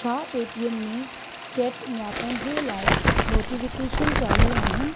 छा पेटीएम में चैट नियापनि जे लाइ नोटिफिकेशन चालू आहिनि